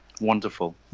Wonderful